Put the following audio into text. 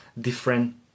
different